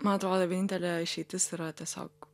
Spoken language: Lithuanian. man atrodo vienintelė išeitis yra tiesiog